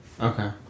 Okay